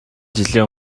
жилийн